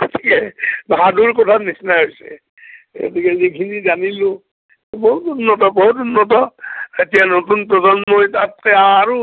গতিকে বাদুৰ কথাৰ নিচিনা হৈছে গতিকে যিখিনি জানিলোঁ বহুত উন্নত বহুত উন্নত এতিয়া নতুন প্ৰজন্মই তাত আৰু